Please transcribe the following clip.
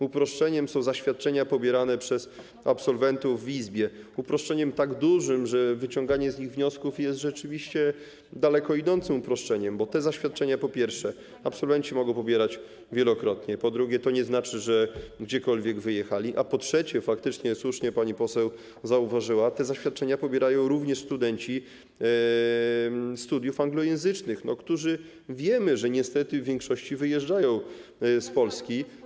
Uproszczeniem są zaświadczenia pobierane przez absolwentów w izbie, uproszczeniem tak dużym, że wyciąganie z nich wniosków jest rzeczywiście daleko idącym uproszczeniem, bo po pierwsze, te zaświadczenia absolwenci mogą pobierać wielokrotnie, po drugie, to nie znaczy, że gdziekolwiek wyjechali, a po trzecie, faktycznie, jak słusznie pani poseł zauważyła, te zaświadczenia pobierają również studenci studiów anglojęzycznych, którzy, jak wiemy, niestety w większości wyjeżdżają z Polski.